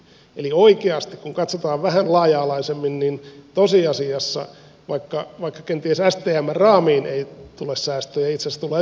eli oikeasti kun katsotaan vähän laaja alaisemmin tosiasiassa vaikka kenties stmn raamiin ei tule säästyy zastava